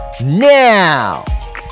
now